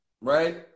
right